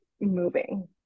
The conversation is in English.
moving